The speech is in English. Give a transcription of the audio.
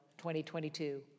2022